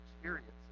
experiences